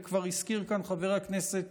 וכבר הזכיר כאן חבר הכנסת